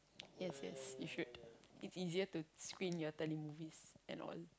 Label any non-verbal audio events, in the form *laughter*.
*noise* yes yes you should it's easier to screen your telemovies and all